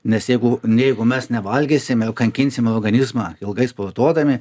nes jeigu nu jeigu mes nevalgysim ir kankinsime organizmą ilgai sportuodami